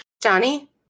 Johnny